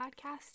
Podcast